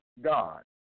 God